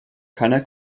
keiner